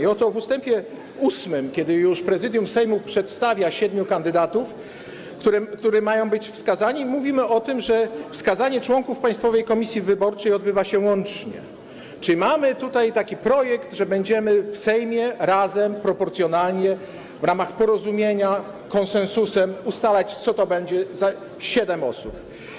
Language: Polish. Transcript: I oto w ust. 8, kiedy już Prezydium Sejmu przedstawia siedmiu kandydatów, którzy mają być wskazani, mówimy o tym, że wskazanie członków Państwowej Komisji Wyborczej odbywa się łącznie, czyli mamy tutaj taki projekt, że będziemy w Sejmie razem, proporcjonalnie, w ramach porozumienia, konsensusu ustalać, co to będzie za siedem osób.